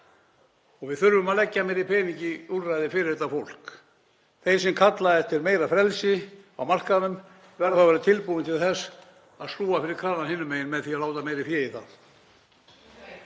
og við þurfum að leggja meiri pening í úrræði fyrir þetta fólk. Þau sem kalla eftir meira frelsi á markaðnum verða þá að vera tilbúin til þess að skrúfa fyrir kranann hinum megin með því að láta meira fé í það.